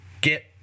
get